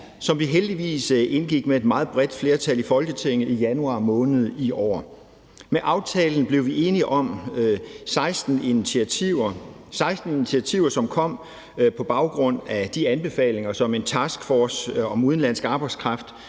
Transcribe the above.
som vi heldigvis indgik med et meget bredt flertal i Folketinget i januar måned i år. Med aftalen blev vi enige om 16 initiativer, som kom på baggrund af de anbefalinger, som en taskforce om udenlandsk arbejdskraft